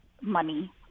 money